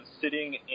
sitting